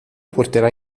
porterà